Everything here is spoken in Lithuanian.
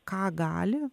ką gali